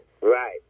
right